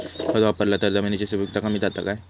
खत वापरला तर जमिनीची सुपीकता कमी जाता काय?